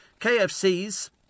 KFC's